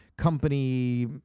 company